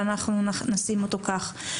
ואנחנו נשים אותו כך.